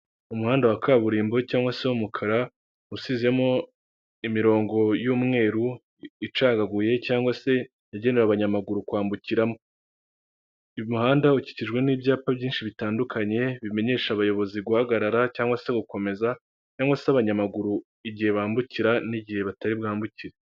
Umuhanda wa kaburimbo cyangwa se w'umukara usizemo imirongo y'umweruru icagaguye cyangwa se yagenewe abanyamaguru kwambukira mo, umuhanda ukikijwe n'ibyapa byinshi bitandukanye bimenyesha abayobozi guhagarara cyangwa se gukomeza cyangwa se abanyamaguru igihe bambukira n'igihe batari bwambukire.